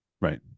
Right